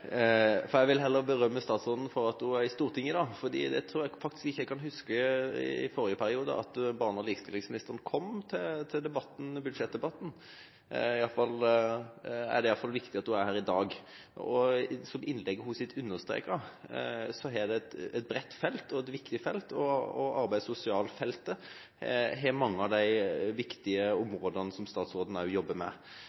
Jeg vil heller berømme statsråden for at hun er i Stortinget i dag. Jeg tror ikke jeg kan huske at barne- og likestillingsministeren kom til budsjettdebatten i forrige periode. Det er iallfall viktig at hun er her i dag. Som hun understreket i innlegget sitt, er dette et bredt og viktig felt. Arbeids- og sosialfeltet har mange av de viktige områdene som statsråden jobber med. Jeg er glad for at statsråden forsvarer at det dreier seg om